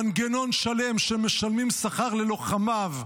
מנגנון שלם שמשלמים שכר ללוחמיו,